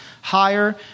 higher